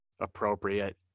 appropriate